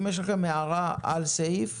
אם יש לכם הערה על סעיף